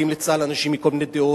ובאים לצה"ל אנשים עם כל מיני דעות,